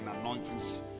anointings